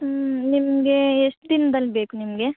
ಹ್ಞೂ ನಿಮಗೆ ಎಷ್ಟು ದಿನ್ದಲ್ಲಿ ಬೇಕು ನಿಮಗೆ